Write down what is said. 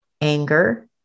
anger